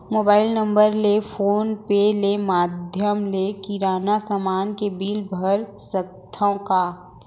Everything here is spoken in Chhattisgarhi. मोबाइल नम्बर ले फोन पे ले माधयम ले किराना समान के बिल भर सकथव का?